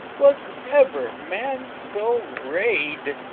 was ever man so ray'd?